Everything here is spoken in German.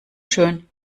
schön